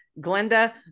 Glenda